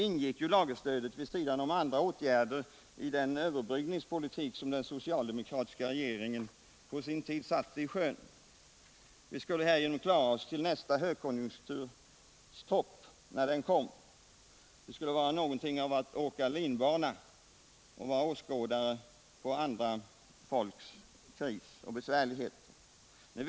Lagerstödet ingick ju vid sidan om andra åtgärder i den överbryggningspolitik som den socialdemokratiska regeringen på sin tid sjösatte. Vi skulle därigenom klara oss tills nästa högkonjunktur kom. Det skulle vara någonting av att åka linbana och vara åskådare till andra folks kriser och besvärligheter.